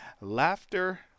Laughter